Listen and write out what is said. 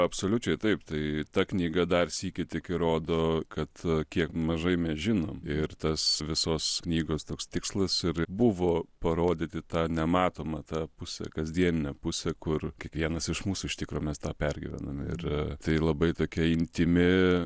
absoliučiai taip tai ta knyga dar sykį tik įrodo kad kiek mažai mes žinom ir tas visos knygos toks tikslas ir buvo parodyti tą nematomą tą pusę kasdieninę pusę kur kiekvienas iš mūsų iš tikro mes tą pergyvename ir tai labai tokia intymi